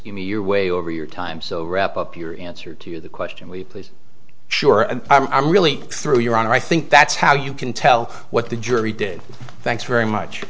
you me your way over your time so wrap up your answer to the question we please sure i'm really through your honor i think that's how you can tell what the jury did thanks very much